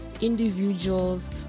individuals